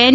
N